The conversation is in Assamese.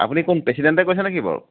আপুনি কোন প্ৰেচিডেণ্টে কৈছে নেকি বাৰু